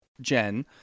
Jen